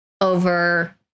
over